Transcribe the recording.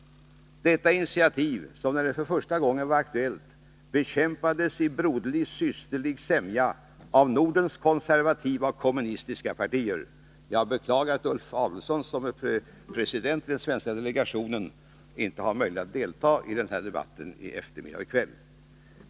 Det är ett initiativ som, när det första gången var aktuellt, bekämpades i broderlig sämja av Nordens konservativa och kommunistiska partier. Jag beklagar att Ulf Adelsohn, som är president för den svenska delegationen, inte har möjlighet att delta i den här debatten i eftermiddag och i kväll.